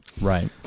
Right